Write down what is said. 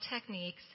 techniques